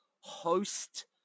host